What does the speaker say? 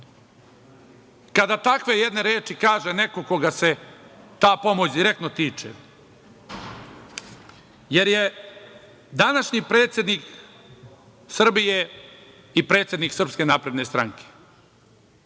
Kada takve jedne reči kaže neko koga se ta pomoć direktno tiče, jer je današnji predsednik Srbije i predsednik SNS, to je